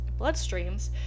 bloodstreams